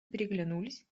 переглянулись